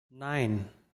nine